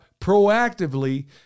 proactively